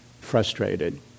frustrated